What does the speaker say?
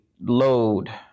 load